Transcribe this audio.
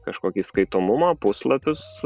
kažkokį skaitomumą puslapius